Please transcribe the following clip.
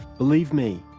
believe me,